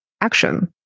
action